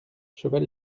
cheval